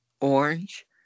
orange